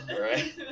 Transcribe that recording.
Right